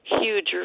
huge